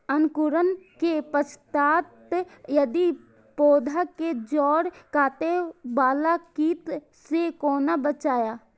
अंकुरण के पश्चात यदि पोधा के जैड़ काटे बाला कीट से कोना बचाया?